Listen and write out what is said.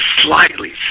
slightly